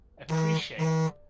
appreciate